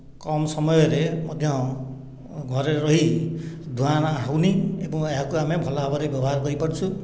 କମ୍ ସମୟରେ ମଧ୍ୟ ଘରେ ରହି ଧୂଆଁ ହେଉନି ଏବଂ ଏହାକୁ ଆମେ ଭଲ ଭାବେ ବ୍ୟବହାର କରିପାରୁଛୁ